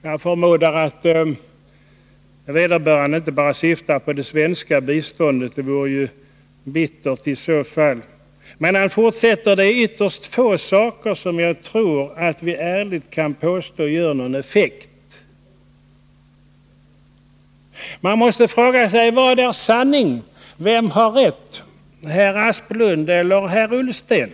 Jag förmodar att vederbörande inte syftar bara på det svenska biståndet — det vore i så fall bittert. Han fortsätter: Det är ytterst få saker som jag tror att vi ärligt kan påstå ger någon effekt. Man måste fråga sig: Vad är sanning? Vem har rätt — herr Asplund eller herr Ullsten?